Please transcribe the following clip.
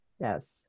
Yes